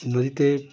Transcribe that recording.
নদীতে